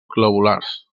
globulars